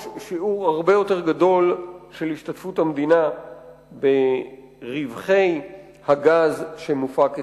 שיעור הרבה יותר גדול של השתתפות המדינה ברווחי הגז שמופק אצלנו.